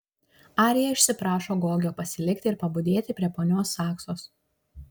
arija išsiprašo gogio pasilikti ir pabudėti prie ponios saksos